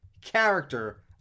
character